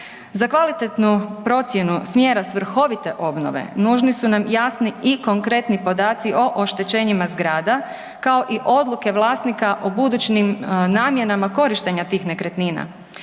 Za kvalitetnu procjenu smjera svrhovite obnove nužni su nam jasni i konkretni podaci o oštećenjima zgrada, kao i odluke vlasnika o budućim namjenama korištenja tih nekretnina.